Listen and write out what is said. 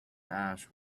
ash